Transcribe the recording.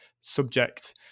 subject